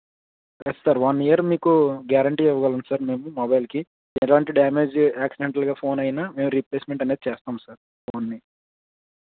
yes sir one year మీకు guarantee ఇవ్వగలం sir మేము మొబైల్కి ఎలాంటి డ్యామేజ్ యాక్సిడెంటల్గా ఫోన్ అయిన మీకు రీప్లేస్మెంట్ అనేది చేస్తాం సార్ ఫోన్ని